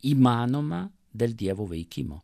įmanoma dėl dievo veikimo